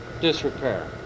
disrepair